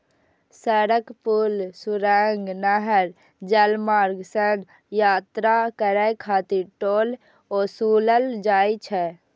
सड़क, पुल, सुरंग, नहर, जलमार्ग सं यात्रा करै खातिर टोल ओसूलल जाइ छै